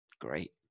great